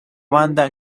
banda